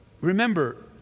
remember